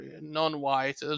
non-white